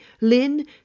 Lynn